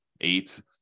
eight